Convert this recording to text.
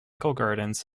gardens